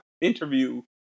interview